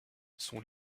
son